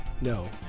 No